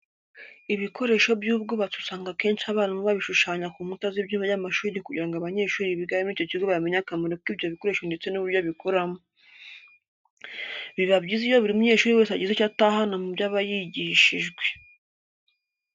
Ibikoresho by'ubwubatsi usanga akenshi abarimu babishushanya ku nkuta z'ibyumba by'amashuri kugira ngo abanyeshuri biga muri icyo kigo bamenye akamaro k'ibyo bikoresho ndetse n'uburyo bikoramo. Biba byiza iyo buri munyeshuri wese agize icyo atahana mu byo aba yigishijwe.